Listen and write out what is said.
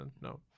No